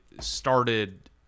started